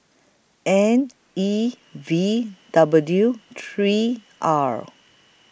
N E V W three R